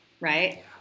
right